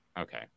okay